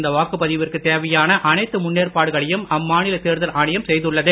இந்த வாக்குப்பதிவிற்கு தேவையான அனைத்து முன்னேற்பாடுகளையும் அம்மாநில தேர்தல் ஆணையம் செய்துள்ளது